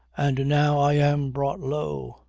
and now i am brought low.